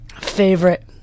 favorite